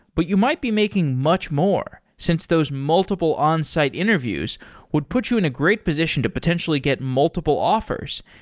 but you might be making much more since those multiple onsite interviews would put you in a great position to potentially get multiple offers,